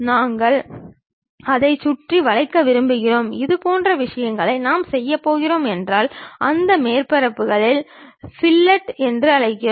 நாங்கள் அதை சுற்றி வளைக்க விரும்புகிறோம் இதுபோன்ற விஷயங்களை நாம் செய்யப் போகிறோம் என்றால் அந்த மேற்பரப்புகளின் ஃபில்லட் என்று அழைக்கிறோம்